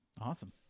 Awesome